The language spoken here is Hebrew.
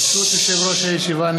ברשות יושב-ראש הישיבה,